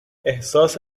احساس